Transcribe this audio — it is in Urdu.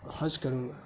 حج کروں گا